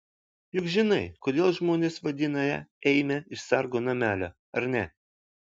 juk žinai kodėl žmonės vadina ją eime iš sargo namelio ar ne